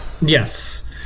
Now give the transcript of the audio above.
yes